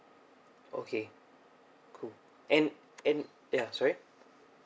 okay cool and and ya sorry